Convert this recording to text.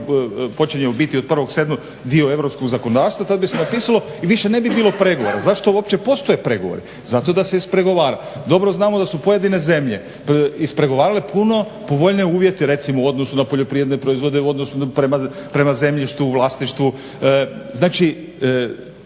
počinjemo biti od 1.7.dio europskog zakonodavstva tada bi se napisalo i više ne bi bilo pregovora. Zašto uopće postoje pregovori? Zato da se ispregovara. Dobro znamo da su pojedine zemlje ispregovarale puno povoljnije uvjete recimo u odnosu na poljoprivredne proizvode u odnosu prema zemljištu, vlasništvu, znači